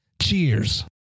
Cheers